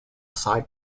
side